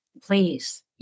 please